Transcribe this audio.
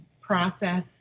process